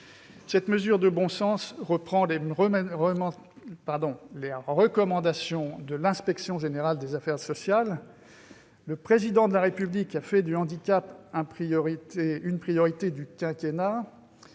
Cette mesure de bon sens reprend les recommandations de l'inspection générale des affaires sociales. Le Président de la République a fait du handicap une priorité du quinquennat,